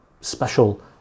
special